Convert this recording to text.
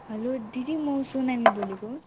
hello दिदी मो सोनामी बोलेको